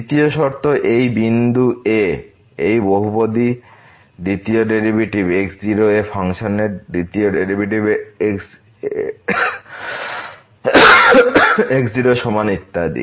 তৃতীয় শর্ত এই বিন্দু এ এই বহুপদী দ্বিতীয় ডেরিভেটিভ x0 এ ফাংশনের দ্বিতীয় ডেরিভেটিভের x0 সমান ইত্যাদি